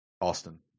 Austin